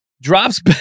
drops